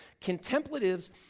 Contemplatives